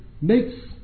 makes